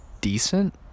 decent